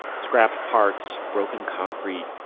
scrapped parts. broken concrete.